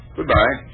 Goodbye